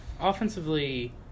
offensively